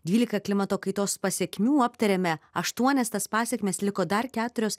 dvylika klimato kaitos pasekmių aptarėme aštuonias tas pasekmes liko dar keturios